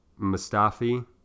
Mustafi